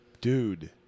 Dude